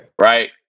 right